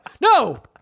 No